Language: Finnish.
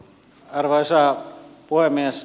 arvoisa puhemies